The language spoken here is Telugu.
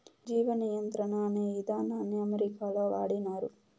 జీవ నియంత్రణ అనే ఇదానాన్ని అమెరికాలో వాడినారు